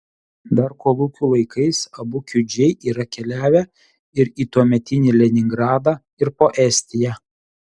dar kolūkių laikais abu kiudžiai yra keliavę ir į tuometį leningradą ir po estiją